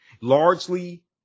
largely